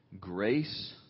grace